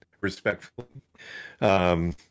respectfully